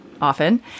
often